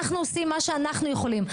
אנחנו עושים מה שאנחנו יכולים,